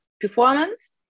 performance